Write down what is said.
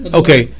okay